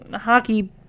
hockey